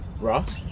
Ross